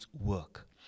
work